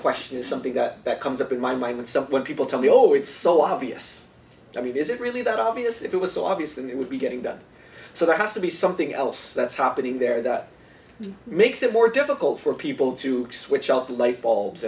question is something that comes up in my mind that some people tell me oh it's so obvious i mean is it really that obvious it was so obvious that it would be getting done so there has to be something else that's happening there that makes it more difficult for people to switch out the light bulbs